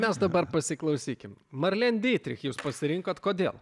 mes dabar pasiklausykim marlen dytrich jūs pasirinkot kodėl